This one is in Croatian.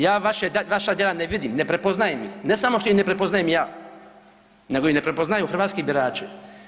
Ja vaše, vaša djela ne vidim, ne prepoznajem ih, ne samo što ih ne prepoznajem ja, nego ih i ne prepoznaju hrvatski birači.